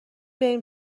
بریم